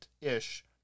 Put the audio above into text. ish